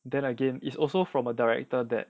then again it's also from a director that